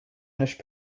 spanish